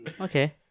Okay